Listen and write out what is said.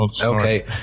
okay